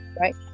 Right